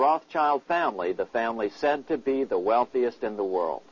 rothschild family the family sent to be the wealthiest in the world